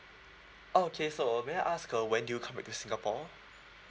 okay so may I ask ah when did you come back to singapore